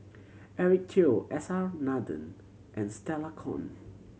Eric Teo S R Nathan and Stella Kon